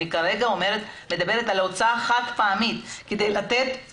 אני מדברת על הוצאה חד-פעמית כדי לתת